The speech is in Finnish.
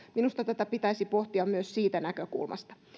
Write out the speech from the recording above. minusta tätä pitäisi pohtia myös siitä näkökulmasta